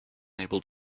able